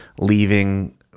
leaving